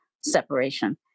separation